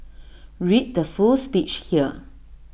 read the full speech here